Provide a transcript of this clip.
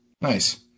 Nice